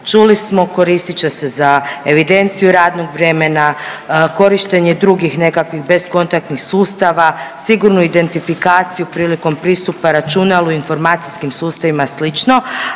Čuli smo, koristit će se za evidenciju radnog vremena, korištenje drugih nekakvih beskontaktnih sustava, sigurni identifikaciju prilikom pristupa računalu, informacijskim sustavima i sl.,